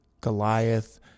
Goliath